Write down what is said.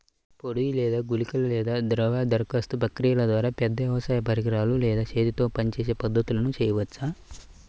పొడి లేదా గుళికల లేదా ద్రవ దరఖాస్తు ప్రక్రియల ద్వారా, పెద్ద వ్యవసాయ పరికరాలు లేదా చేతితో పనిచేసే పద్ధతులను చేయవచ్చా?